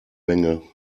menge